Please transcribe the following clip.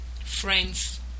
Friends